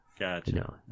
Gotcha